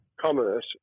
commerce